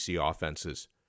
offenses